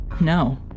No